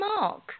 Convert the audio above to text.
Mark